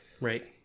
right